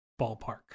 ballpark